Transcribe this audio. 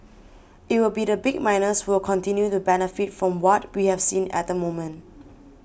it will be the big miners who will continue to benefit from what we have seen at the moment